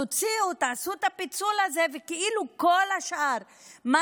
תוציאו, תעשו את הפיצול הזה, וכאילו כל השאר, מה